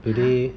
!huh!